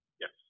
Yes